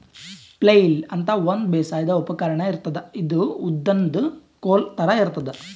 flail ಅಂತಾ ಒಂದ್ ಬೇಸಾಯದ್ ಉಪಕರ್ಣ್ ಇರ್ತದ್ ಇದು ಉದ್ದನ್ದ್ ಕೋಲ್ ಥರಾ ಇರ್ತದ್